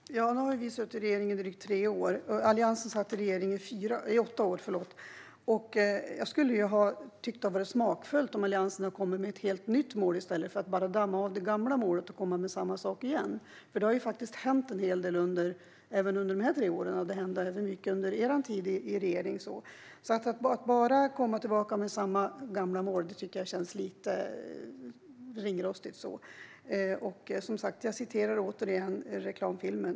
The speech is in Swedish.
Herr talman! Nu har vi suttit i regering i drygt tre år. Alliansen satt i regering i åtta år. Jag skulle ha tyckt att det hade varit smakfullt om Alliansen hade kommit med ett helt nytt mål i stället för att bara damma av det gamla målet och komma med samma sak igen. Det har faktiskt hänt en hel del under dessa tre år. Det hände även mycket under er tid i regering. Att bara komma tillbaka med samma gamla mål tycker jag känns lite ringrostigt. Jag citerar återigen reklamfilmen.